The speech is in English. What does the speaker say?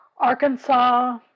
Arkansas